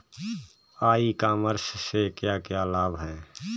E commerce से क्या क्या लाभ हैं?